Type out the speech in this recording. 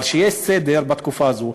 אבל שיהיה סדר בתקופה הזו,